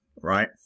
right